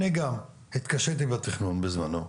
אני גם התקשיתי בתכנון בזמנו,